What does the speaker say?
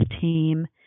team